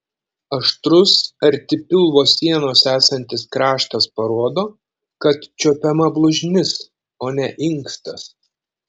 aštrus arti pilvo sienos esantis kraštas parodo kad čiuopiama blužnis o ne inkstas